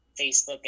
Facebook